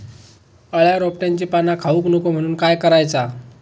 अळ्या रोपट्यांची पाना खाऊक नको म्हणून काय करायचा?